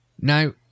Now